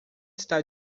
está